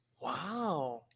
wow